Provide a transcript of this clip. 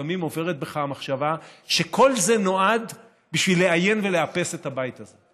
לפעמים עוברת בך המחשבה שכל זה נועד בשביל לאיין ולאפס את הבית הזה,